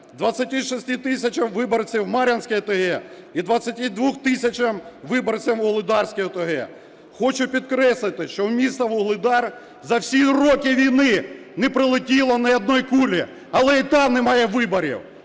26 тисяч виборців Мар'їнської ОТГ і 22 тисяч виборців Вугледарської ОТГ. Хочу підкреслити, що в місті Вугледар за всі роки війни не пролетіло ні одної кулі, але і там немає виборів.